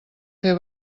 fer